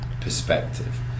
perspective